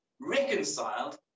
reconciled